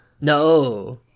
No